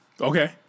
Okay